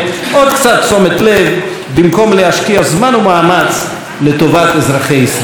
עוד קצת תשומת לב במקום להשקיע זמן ומאמץ לטובת אזרחי ישראל.